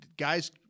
Guys